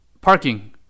parking